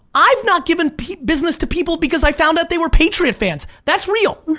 i've not given business to people because i found that they were patriot fans, that's real.